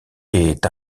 est